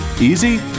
easy